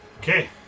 Okay